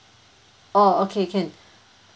oh okay can